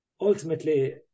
ultimately